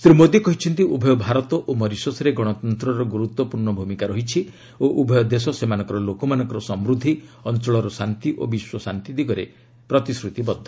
ଶ୍ରୀ ମୋଦୀ କହିଛନ୍ତି ଉଭୟ ଭାରତ ଓ ମରିସସ୍ରେ ଗଣତନ୍ତ୍ରର ଗୁରୁତ୍ୱପୂର୍ଣ୍ଣ ଭୂମିକା ରହିଛି ଓ ଉଭୟ ଦେଶ ସେମାନଙ୍କର ଲୋକମାନଙ୍କର ସମୃଦ୍ଧି ଅଞ୍ଚଳର ଶାନ୍ତି ଓ ବିଶ୍ୱଶାନ୍ତି ପାଇଁ ପ୍ରତିଶ୍ରତିବଦ୍ଧ